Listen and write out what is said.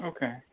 Okay